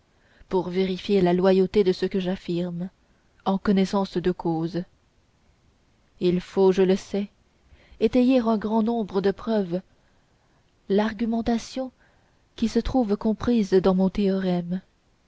pour vérifier la loyauté de ce que j'affirme en connaissance de cause il faut je le sais étayer d'un grand nombre de preuves l'argumentation qui se trouve comprise dans mon théorème